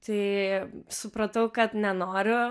tai supratau kad nenoriu